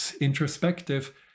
introspective